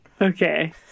Okay